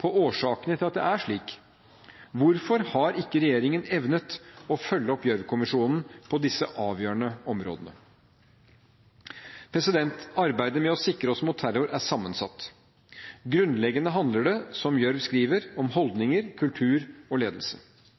på årsakene til at det er slik. Hvorfor har ikke regjeringen evnet å følge opp Gjørv-kommisjonen på disse avgjørende områdene? Arbeidet med å sikre oss mot terror er sammensatt. Grunnleggende handler det – som Gjørv skriver – om holdninger, kultur og ledelse.